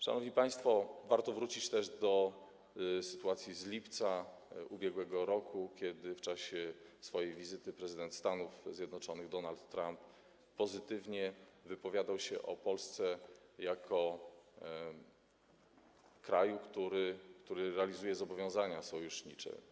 Szanowni państwo, warto wrócić też do sytuacji z lipca ubiegłego roku, kiedy w czasie swojej wizyty prezydent Stanów Zjednoczonych Donald Trump pozytywnie wypowiadał się o Polsce jako o kraju, który realizuje zobowiązania sojusznicze.